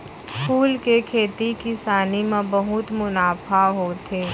फूल के खेती किसानी म बहुत मुनाफा होथे